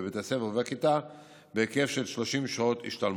בבית הספר ובכיתה בהיקף של 30 שעות השתלמות.